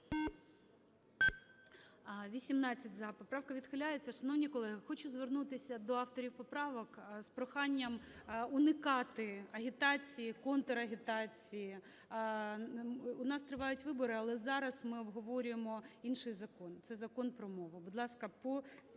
За-18 Поправка відхиляється. Шановні колеги, хочу звернутися до авторів поправок з проханням уникати агітації, контрагітації. У нас тривають вибори, але зараз ми обговорюємо інший закон – це Закон про мову. Будь ласка, по